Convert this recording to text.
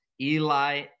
Eli